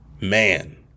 Man